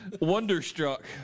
Wonderstruck